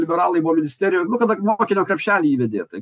liberalai buvo ministerijoj kada mokinio krepšelį įvedė tai